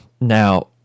Now